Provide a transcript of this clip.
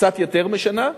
קצת יותר משנה,